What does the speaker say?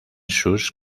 sus